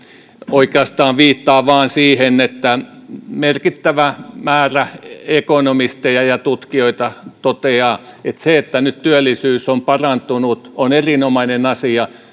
oikeastaan viittaan vain siihen että merkittävä määrä ekonomisteja ja tutkijoita toteaa että se että nyt työllisyys on parantunut se on erinomainen asia